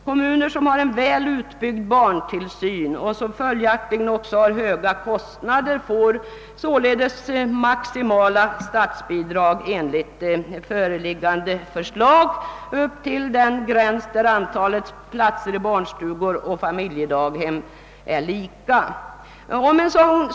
Kommuner med väl utbyggd barntillsyn — som följaktligen också har höga kostnader — får maximerat statsbidrag, enligt föreliggande förslag upp till den gräns där platserna i barnstugor och familjedaghem är lika många.